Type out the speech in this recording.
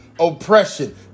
oppression